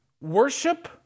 worship